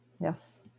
Yes